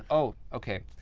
oh, okay.